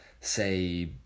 say